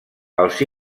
els